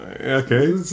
okay